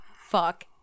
fuck